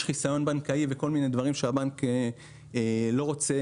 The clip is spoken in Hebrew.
יש חיסיון בנקאי וכל מיני דברים שהבנק לא רוצה